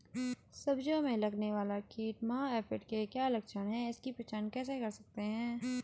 सब्जियों में लगने वाला कीट माह एफिड के क्या लक्षण हैं इसकी पहचान कैसे कर सकते हैं?